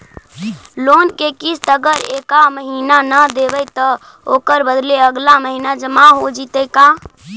Loan के किस्त अगर एका महिना न देबै त ओकर बदले अगला महिना जमा हो जितै का?